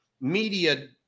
media